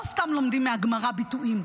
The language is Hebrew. לא סתם לומדים מהגמרא ביטויים,